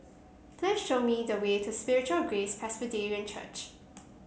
please show me the way to Spiritual Grace Presbyterian Church